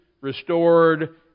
restored